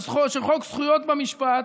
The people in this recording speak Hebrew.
של חוק זכויות במשפט,